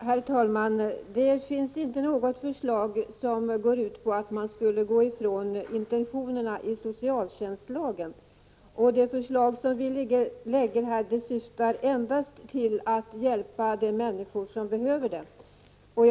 Herr talman! Det finns inte något förslag som går ut på att vi skulle gå ifrån intentionerna i socialtjänstlagen. De förslag vi framlägger här syftar endast till att hjälpa de människor som behöver hjälp.